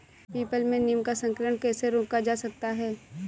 People में नीम का संकरण कैसे रोका जा सकता है?